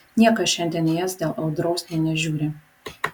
niekas šiandien į jas dėl audros nė nežiūri